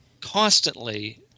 constantly